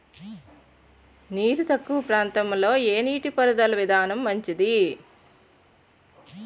నీరు తక్కువ ప్రాంతంలో ఏ నీటిపారుదల విధానం మంచిది?